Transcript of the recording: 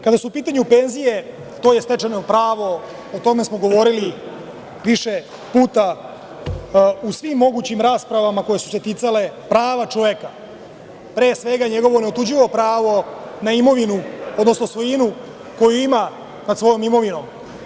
Kada su u pitanju penzije, to je stečeno pravo, o tome smo govorili više puta u svim mogućim raspravama koje su se ticale prava čoveka, pre svega, njegovo neotuđivo pravo na imovinu, odnosno svojinu koju ima nad svojom imovinom.